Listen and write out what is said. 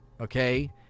okay